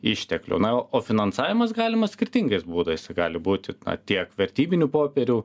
išteklių na o finansavimas galimas skirtingais būdais gali būti tiek vertybinių popierių